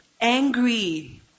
angry